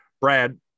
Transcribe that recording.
Brad